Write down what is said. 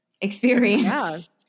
experience